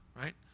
Right